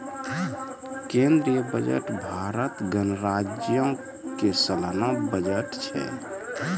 केंद्रीय बजट भारत गणराज्यो के सलाना बजट छै